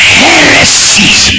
heresies